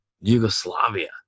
Yugoslavia